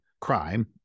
crime